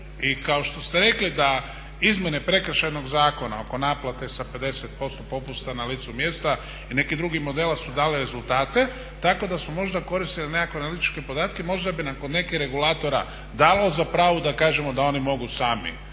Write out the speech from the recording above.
I kao što ste rekli da izmjene Prekršajnog zakona oko naplate sa 50% popusta na licu mjesta nekih drugih modela su dale rezultate tako da smo možda koristili nekakve analitičke podatke možda bi nam kod nekih regulatora dalo za pravo da kažemo da oni mogu sami